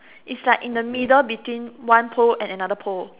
is like in the middle between one pole and another pole